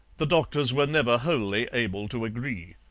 the doctors were never wholly able to agree.